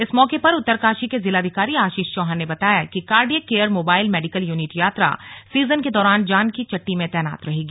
इस मौके पर उत्तरकाशी के जिलाधिकारी आशीष चौहान ने बताया कि cardiac care mobile medical unit यात्रा सीजन के दौरान जानकी चट्टी में तैनात रहेगी